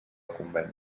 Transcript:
conveni